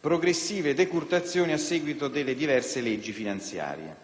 progressive decurtazioni a seguito delle diverse leggi finanziarie.